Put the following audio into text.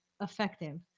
effective